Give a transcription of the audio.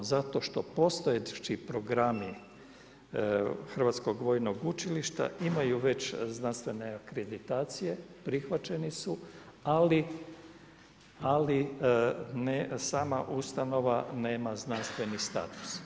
Zato što postojeći programi Hrvatskog vojnog učilišta imaju već znanstvene akreditacije, prihvaćeni su ali sama ustanova nema znanstveni status.